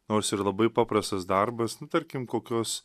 nors ir labai paprastas darbas tarkim kokios